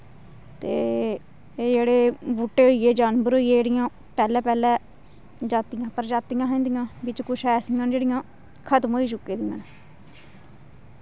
ते एह् जेह्ड़े बूह्टे होई गे जानवर होई गे जेह्ड़ियां पैह्लें पैह्लें जातियां प्रजातियां हियां इंदियां बिच्च कुछ ऐसियां न जेह्ड़ियां खतम होई चुकी दियां न